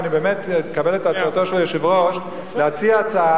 ואני באמת מקבל את הצעתו של היושב-ראש להציע הצעה